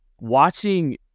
watching